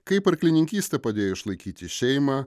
kaip arklininkystė padėjo išlaikyti šeimą